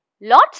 lots